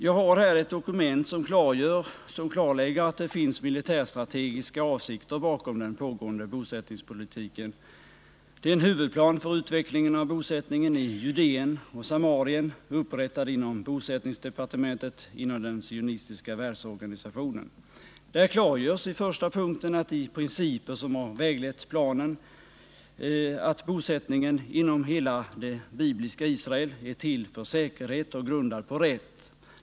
Jag har här ett dokument som klarlägger att det finns militärstrategiska avsikter bakom den pågående bosättningspolitiken. Det är en huvudplan för utvecklingen av bosättningen i Judéen och Samarien, upprättad inom bosättningsdepartementet inom den sionistiska världsorganisationen. Där klargörs i planens första punkt att de principer som varit vägledande för planen är att bosättningen inom hela det bibliska Israel är till för att bevara säkerheten och att den är grundad på rätt.